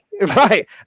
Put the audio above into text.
Right